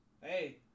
Hey